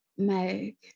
Meg